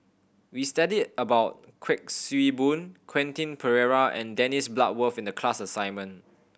we studied about Kuik Swee Boon Quentin Pereira and Dennis Bloodworth in the class assignment